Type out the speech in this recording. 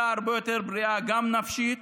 גם נפשית